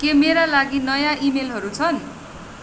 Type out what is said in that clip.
के मेरा लागि नयाँ इमेलहरू छन्